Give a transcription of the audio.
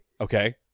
okay